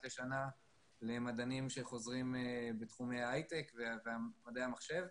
לשנה למדענים שחוזרים בתחומי ההייטק ומדעי המחשב.